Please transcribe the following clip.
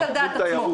תודה.